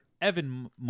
Evan